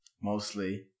mostly